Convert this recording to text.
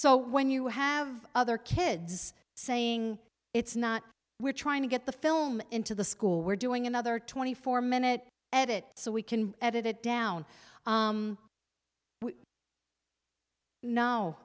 so when you have other kids saying it's not we're trying to get the film into the school we're doing another twenty four minute edit so we can edit it down